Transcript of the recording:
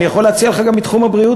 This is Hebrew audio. אני יכול להציע לך גם מתחום הבריאות,